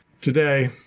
Today